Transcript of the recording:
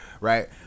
Right